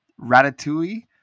Ratatouille